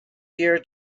year